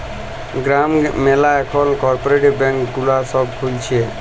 গ্রাম ম্যালা এখল cooperative bank গুলা সব খুলছে